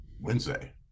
wednesday